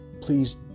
please